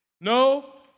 No